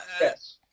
Yes